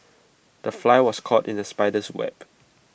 the fly was caught in the spider's web